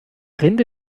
rinde